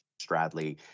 Stradley